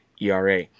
ERA